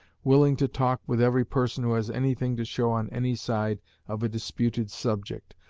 willing to talk with every person who has anything to show on any side of a disputed subject,